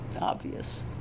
obvious